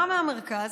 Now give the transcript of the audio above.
גם מהמרכז,